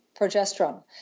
progesterone